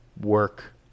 work